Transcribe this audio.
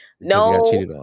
no